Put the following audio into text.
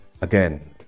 Again